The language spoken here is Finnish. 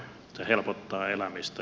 se helpottaa elämistä